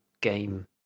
game